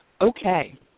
Okay